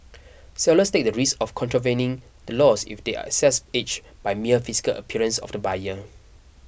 sellers take the risk of contravening the laws if they assess age by mere physical appearance of the buyer